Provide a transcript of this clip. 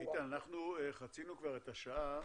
חצינו את השעה.